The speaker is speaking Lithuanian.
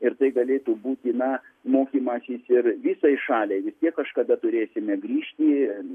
ir tai galėtų būti na mokymasis ir visai šaliai vis tiek kažkada turėsime grįžti